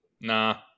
Nah